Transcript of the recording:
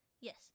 Yes